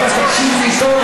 אתה תקשיב לי טוב,